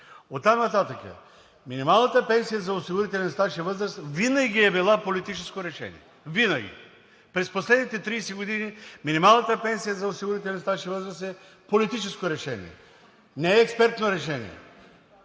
оттам нататък минималната пенсия за осигурителен стаж и възраст винаги е била политическо решение. Винаги! През последните 30 години минималната пенсия за осигурителен стаж и възраст е политическо решение, не е експертно решение.